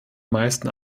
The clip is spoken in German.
meisten